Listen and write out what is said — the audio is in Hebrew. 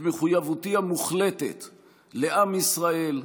ואת מחויבותי המוחלטת לעם ישראל,